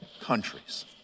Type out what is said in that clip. countries